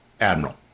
Admiral